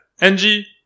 Angie